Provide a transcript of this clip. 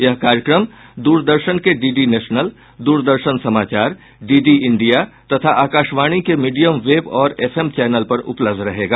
यह कार्यक्रम द्रदर्शन के डीडी नेशनल द्रदर्शन समाचार डीडी इंडिया तथा आकाशवाणी के मीडियम वेव और एफएम चैनल पर उपलब्ध रहेगा